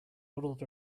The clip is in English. waddled